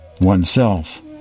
oneself